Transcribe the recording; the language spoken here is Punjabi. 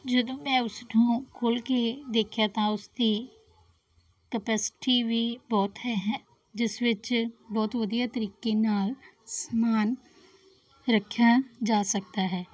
ਜਦੋਂ ਮੈ ਉਸ ਨੂੰ ਖੋਲ੍ਹ ਕੇ ਦੇਖਿਆ ਤਾਂ ਉਸਦੀ ਕਪੈਸਿਟੀ ਵੀ ਬਹੁਤ ਹੈ ਜਿਸ ਵਿੱਚ ਬਹੁਤ ਵਧੀਆ ਤਰੀਕੇ ਨਾਲ ਸਮਾਨ ਰੱਖਿਆ ਜਾ ਸਕਦਾ ਹੈ